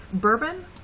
bourbon